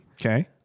Okay